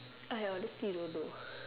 I honestly don't know